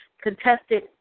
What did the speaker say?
contested